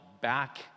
back